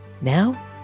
Now